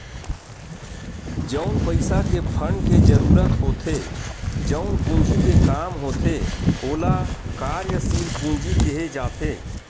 जउन पइसा के फंड के जरुरत होथे जउन पूंजी के काम होथे ओला कार्यसील पूंजी केहे जाथे